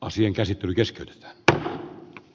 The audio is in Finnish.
asian käsittely keskeytetään